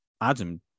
Adam